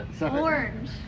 Orange